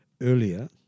earlier